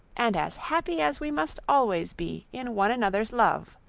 and as happy as we must always be in one another's love.